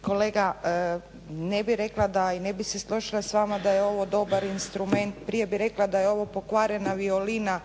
Kolega, ne bih rekla da, i ne bih se složila s vama da je ovo dobar instrument, prije bih rekla da je ovo pokvarena violina